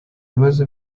bibazo